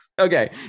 Okay